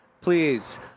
please